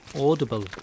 audible